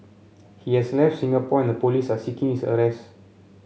he has left Singapore and the police are seeking his arrest